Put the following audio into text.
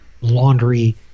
laundry